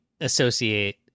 associate